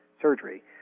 surgery